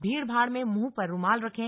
भीड़ भाड़ में मुंह पर रुमाल रखें